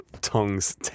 tongs